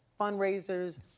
fundraisers